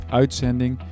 uitzending